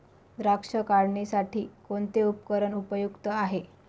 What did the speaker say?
द्राक्ष काढणीसाठी कोणते उपकरण उपयुक्त आहे?